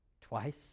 Twice